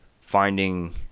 finding